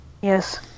Yes